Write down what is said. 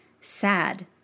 sad